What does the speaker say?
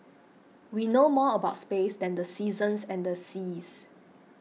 we know more about space than the seasons and the seas